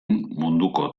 munduko